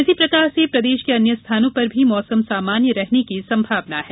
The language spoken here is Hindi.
इसी प्रकार से प्रदेश के अन्य स्थानों पर भी मौसम सामान्य रहने की सम्भावना है